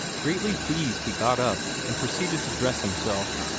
greatly pleased, he got up, and proceeded to dress himself.